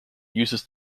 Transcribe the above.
uses